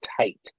tight